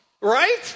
right